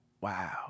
wow